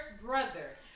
brother